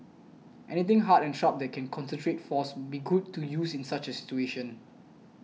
anything hard and sharp that can concentrate force be good to use in such a situation